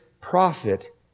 prophet